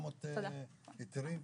היתרים?